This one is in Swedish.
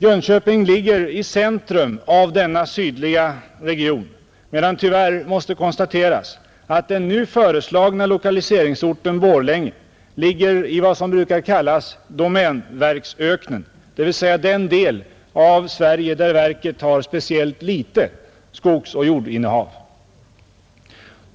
Jönköping ligger i centrum av denna sydliga region medan det tyvärr måste konstateras att den nu föreslagna lokaliseringsorten, Borlänge, ligger i vad som brukar kallas domänverksöknen, dvs. den del av Sverige där verket har speciellt litet skogsoch jordinnehav.